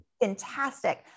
fantastic